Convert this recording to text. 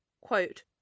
quote